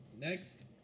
Next